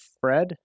Fred